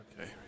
Okay